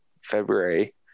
february